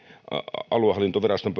aluehallintoviraston